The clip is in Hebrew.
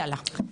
יאללה.